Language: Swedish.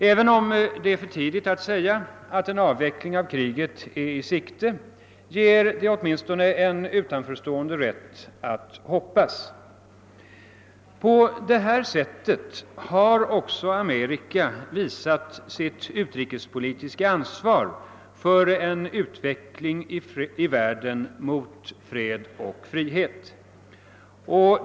även om det är för tidigt att nu säga att en avveckling av kriget är i sikte, ger detta åtminstone en utanförstående rätt att hoppas. På detta sätt har Amerikas Förenta stater visat sitt utrikespolitiska ansvar för en utveckling i världen i riktning mot fred och frihet.